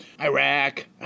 Iraq